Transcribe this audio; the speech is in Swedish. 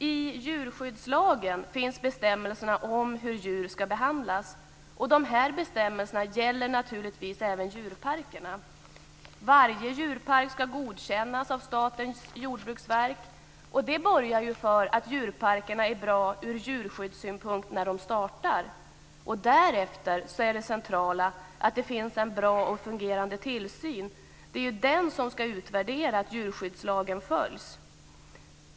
I djurskyddslagen finns bestämmelser om hur djur ska behandlas. De bestämmelserna gäller naturligtvis även djurparkerna. Varje djurpark ska godkännas av Statens jordbruksverk. Och det borgar ju för att djurparkerna är bra ur djurskyddssynpunkt när de startar. Därefter är det centrala att det finns en bra och fungerande tillsyn. Det är den som ska utvärdera att djurskyddslagen följs.